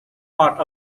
part